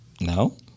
no